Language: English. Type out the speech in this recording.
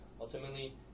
ultimately